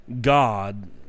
God